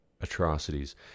Atrocities